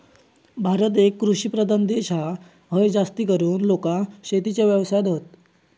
भारत एक कृषि प्रधान देश हा, हय जास्तीकरून लोका शेतीच्या व्यवसायात हत